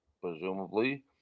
presumably